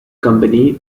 company